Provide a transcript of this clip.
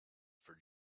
for